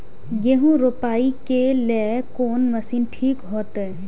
गेहूं रोपाई के लेल कोन मशीन ठीक होते?